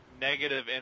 negative